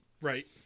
Right